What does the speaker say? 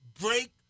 break